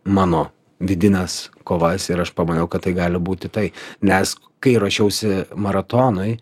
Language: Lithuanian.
mano vidines kovas ir aš pamaniau kad tai gali būti tai nes kai ruošiausi maratonui